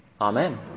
amen